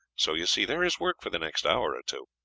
so you see there is work for the next hour or two.